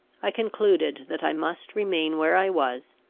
i concluded that i must remain where i was,